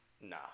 Nah